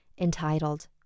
entitled